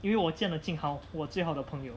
因为我见了 jing hao 我最好的朋友